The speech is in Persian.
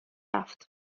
رفت